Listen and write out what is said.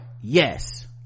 yes